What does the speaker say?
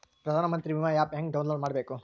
ಪ್ರಧಾನಮಂತ್ರಿ ವಿಮಾ ಆ್ಯಪ್ ಹೆಂಗ ಡೌನ್ಲೋಡ್ ಮಾಡಬೇಕು?